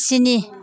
स्नि